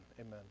Amen